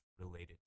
related